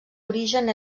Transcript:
origen